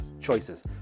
choices